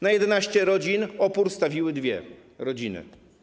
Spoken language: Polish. Na 11 rodzin opór stawiły dwie rodziny.